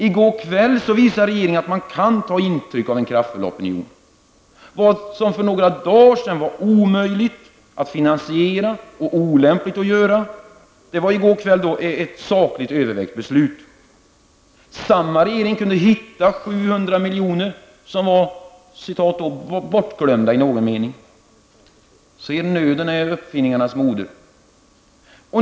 I går kväll visade regeringen att man kan ta intryck av en kraftfull opinion. Vad som för några dagar sedan var omöjligt att finansiera och olämpligt att göra, det var i går kväll ett ''sakligt övervägt beslut''. Samma regering kunde hitta 700 miljoner som var ''bortglömda''. Se, nöden är uppfinningarnas moder.